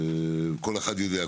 כול אחד יודע,